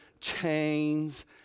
chains